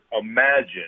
imagine